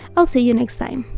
i'll see you next time.